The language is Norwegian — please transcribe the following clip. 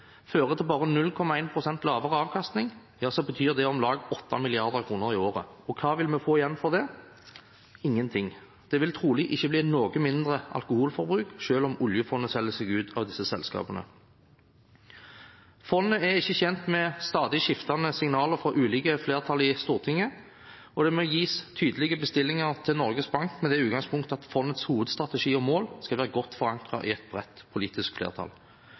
fører til bare 0,1 pst. lavere avkastning, ja så betyr det om lag 8 mrd. kr i året. Og hva vil vi få igjen for det? Ingenting. Det vil trolig ikke bli noe mindre alkoholforbruk selv om oljefondet selger seg ut av disse selskapene. Fondet er ikke tjent med stadig skiftende signaler fra ulike flertall i Stortinget, og det må gis tydelige bestillinger til Norges Bank med det utgangspunktet at fondets hovedstrategi og mål skal være godt forankret i et bredt politisk flertall.